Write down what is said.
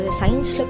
science